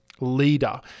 leader